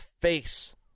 face